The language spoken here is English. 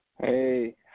Hey